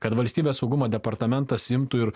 kad valstybės saugumo departamentas imtų ir